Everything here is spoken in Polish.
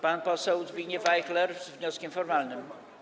Pan poseł Zbigniew Ajchler z wnioskiem formalnym.